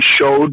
showed